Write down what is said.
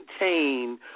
maintain